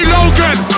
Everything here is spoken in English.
Logan